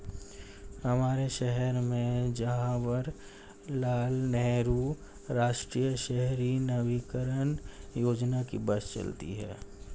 हमारे शहर में जवाहर लाल नेहरू राष्ट्रीय शहरी नवीकरण योजना की बस चलती है